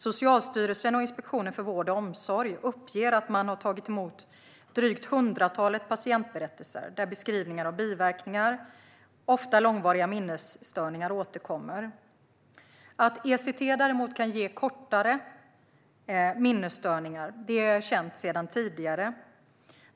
Socialstyrelsen och Inspektionen för vård och omsorg uppger att man har tagit emot ett drygt hundratal patientberättelser, där beskrivningar av biverkningar, ofta långvariga minnesstörningar, återkommer. Att ECT däremot kan ge kortare minnesstörningar är känt sedan tidigare.